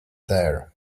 there